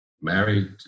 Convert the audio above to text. married